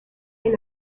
est